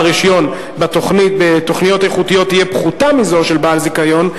רשיון בתוכניות איכותיות תהיה פחותה מזו של כל בעל זיכיון,